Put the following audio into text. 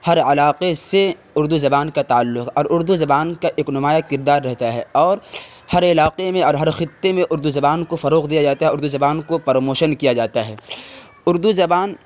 ہر علاقے سے اردو زبان کا تعلق ہے اور اردو زبان کا ایک نمایاں کردار رہتا ہے اور ہر علاقے میں اور ہر خطے میں اردو زبان کو فروغ دیا جاتا ہے اردو زبان کو پرموشن کیا جاتا ہے اردو زبان